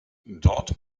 dort